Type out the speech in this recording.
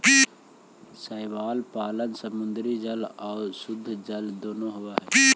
शैवाल पालन समुद्री जल आउ शुद्धजल दोनों में होब हई